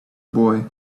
boy